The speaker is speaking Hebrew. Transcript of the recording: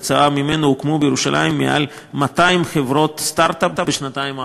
וכתוצאה ממנו הוקמו בירושלים מעל 200 חברות סטרט-אפ בשנתיים האחרונות.